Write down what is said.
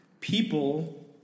people